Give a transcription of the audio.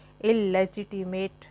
illegitimate